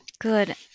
Good